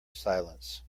silence